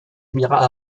émirats